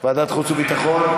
ועדת חוץ וביטחון?